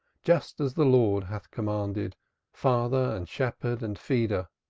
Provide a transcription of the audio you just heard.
just as the lord hath commanded father and shepherd and feeder.